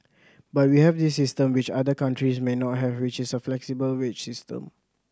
but we have this system which other countries may not have which is a flexible wage system